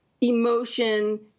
emotion